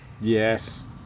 Yes